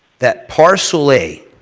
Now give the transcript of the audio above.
that parcel a